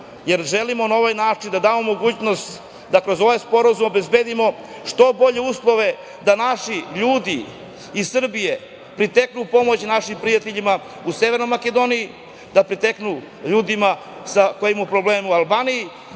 jer želimo na ovaj način da damo mogućnost da kroz ovaj Sporazum obezbedimo što bolje uslove, da naši ljudi iz Srbije priteknu u pomoć našim prijateljima u Severnoj Makedoniji, da priteknu u pomoć ljudima koji imaju probleme u Albaniji,